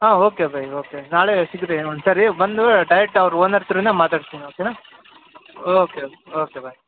ಹಾಂ okay bye okay ನಾಳೆ ಸಿಗ್ತೇನೆ ಒಂದು ಸಾರಿ ಬಂದು ಡೈರೆಕ್ಟ್ ಅವ್ರು ಓನರ್ ಹತ್ರನೆ ಮಾತಾಡ್ತೀನಿ ಓಕೆನ ಓಕೆ ಓಕೆ ಓಕೆ ಬಾಯ್